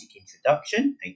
introduction